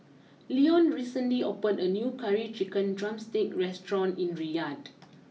Leone recently opened a new Curry Chicken Drumstick restaurant in Riyadh